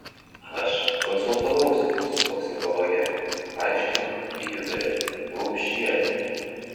aš konsultavausi su toksikologe aiškino gydytoja gaupšienė